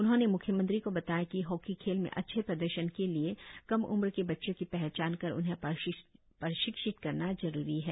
उन्होंने म्ख्यमंत्री को बताया कि हॉकी खेल में अच्छे प्रदर्शन के लिए कम उम्र के बच्चों की पहचान कर उन्हें प्रशिक्षित करना जरुरी है